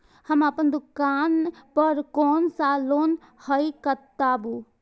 हम अपन दुकान पर कोन सा लोन हैं बताबू?